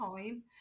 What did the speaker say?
time